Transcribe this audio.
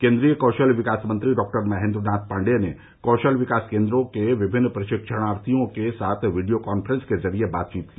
केन्द्रीय कौशल विकास मंत्री डॉक्टर महेंद्र नाथ पांडेय ने कौशल विकास केंद्रों के विभिन्न प्रशिक्षणार्थियों के साथ वीडियो कांफ्रेंस के जरिए बातचीत की